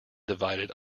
divided